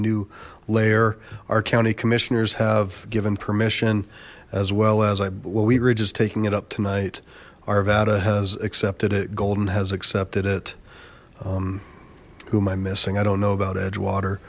new layer our county commissioners have given permission as well as i well we're age is taking it up tonight arvada has accepted it golden has accepted it who am i missing i don't know about edgewater